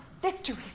Victory